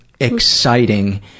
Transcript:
exciting